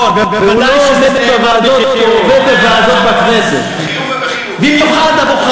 הוא לא עובד בוועדות, הוא עובד בוועדות הכנסת.